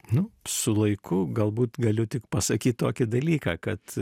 nu su laiku galbūt galiu tik pasakyt tokį dalyką kad